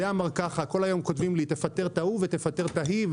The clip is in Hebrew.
כל היום כותבים לי: תפטר את ההוא ותפטר את ההיא,